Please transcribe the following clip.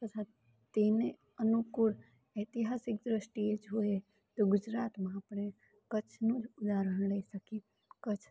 તથા તેને અનુકૂળ ઐતિહાસિક દૃષ્ટિએ જોઈએ તો ગુજરાતમાં આપણે કચ્છનું ઉદાહરણ લઈ શકીએ કચ્છ